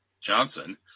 Johnson